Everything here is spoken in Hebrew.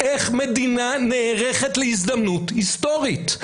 איך מדינה נערכת להזדמנות היסטורית?